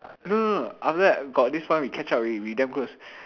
no no no after that got this one we catch up already we damn close